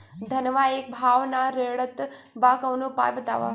धनवा एक भाव ना रेड़त बा कवनो उपाय बतावा?